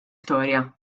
storja